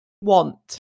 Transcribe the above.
want